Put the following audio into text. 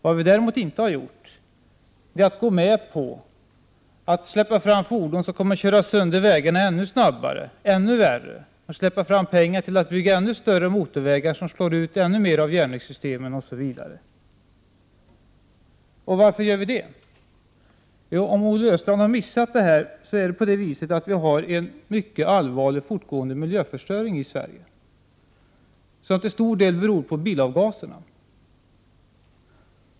Vad vi däremot inte har gjort är att gå med på att släppa fram fordon som kommer att köra sönder vägarna ännu snabbare och ännu värre och att släppa fram pengar till byggande av ännu större motorvägar som slår ut ännu mer av järnvägssystemen, osv. Varför gör vi det? Olle Östrand har kanske missat att den fortgående miljöförstöringen är mycket allvarlig i Sverige, och den beror till stor del på bilavgaserna.